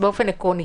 באופן עקרוני.